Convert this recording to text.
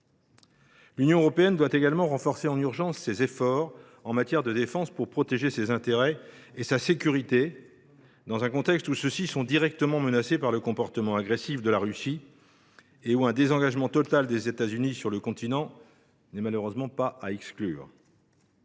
L’Union doit également renforcer en urgence ses efforts en matière de défense pour protéger ses intérêts et sa sécurité, dans un contexte où ceux ci sont directement menacés par le comportement agressif de la Russie et où un désengagement total des États Unis sur le continent n’est malheureusement pas à exclure.